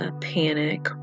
panic